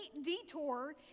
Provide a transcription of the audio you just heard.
detour